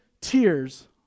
tears